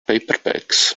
paperbacks